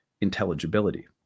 intelligibility